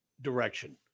direction